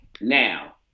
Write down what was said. Now